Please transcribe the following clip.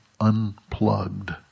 unplugged